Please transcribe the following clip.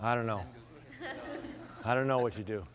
i don't know i don't know what to do